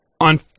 on